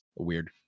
weird